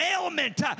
ailment